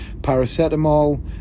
paracetamol